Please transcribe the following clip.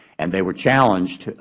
and they were challenged,